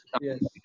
yes